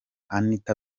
anita